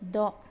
द'